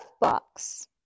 box